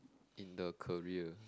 in the career